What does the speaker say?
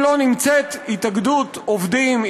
אם לא נמצאת התאגדות עובדים,